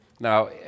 Now